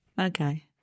okay